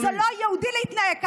כי זה לא יהודי להתנהג ככה.